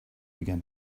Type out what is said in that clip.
began